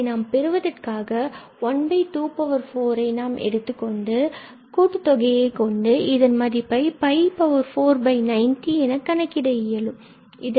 இதனை நாம் பெறுவதற்காக 124ஐ நாம் எடுத்துக்கொண்டு கூட்டுத் தொகையைக் கொண்டு இதன் மதிப்பை 490 என கணக்கிட செய்ய இயலும்